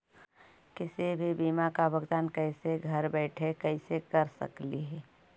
किसी भी बीमा का भुगतान कैसे घर बैठे कैसे कर स्कली ही?